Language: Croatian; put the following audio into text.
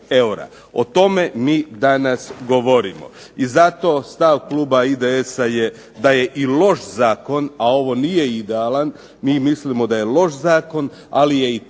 O tome mi danas govorimo. I zato stav kluba IDS-a je da je i loš zakon, a ovo nije idealan, mi mislimo da je loš zakon, ali je i takav